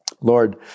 Lord